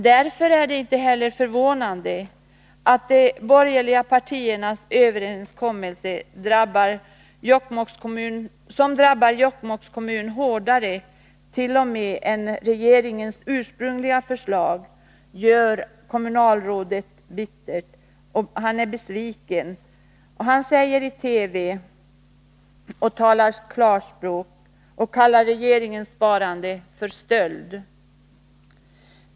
Därför är |det inte heller förvånande att de borgerliga partiernas överenskommelse, som drabbar Jokkmokks kommun t.o.m. hårdare än regeringens ursprungliga förslag, gör kommunalrådet så bitter och besviken att han i TV talar klarspråk och kallar regeringens ”sparande” för stöld.